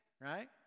right